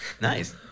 Nice